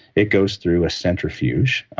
it goes through a centrifuge.